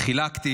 חילקתי,